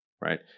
Right